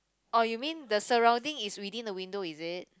oh you mean the surrounding is within the window is it